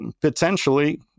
potentially